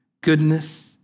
goodness